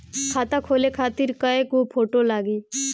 खाता खोले खातिर कय गो फोटो लागी?